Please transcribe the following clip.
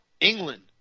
England